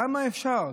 כמה אפשר?